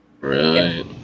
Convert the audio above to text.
Right